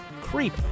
creep